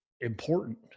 important